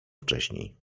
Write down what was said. wcześniej